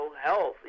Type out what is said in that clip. health